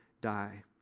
die